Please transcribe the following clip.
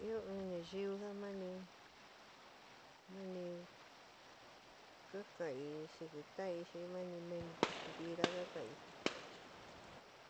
Ɨó in nayú ja mani mani ka kaan'ií sɨki taan'ií xi mani mentira ka kan'ií.